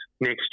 next